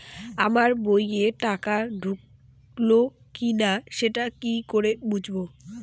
আমার বইয়ে টাকা ঢুকলো কি না সেটা কি করে বুঝবো?